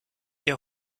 ihr